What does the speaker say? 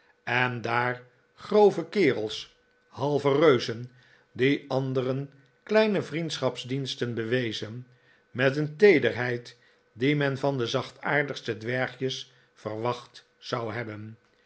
en daar grove kerels halve reuzen die anderen kleine vriendendiensten bewezen met een teederheid die men van de zachtaardigste dwergjes verwacht zou hebben